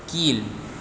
கீழ்